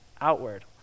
outward